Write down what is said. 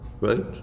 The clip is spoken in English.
Right